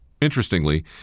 Interestingly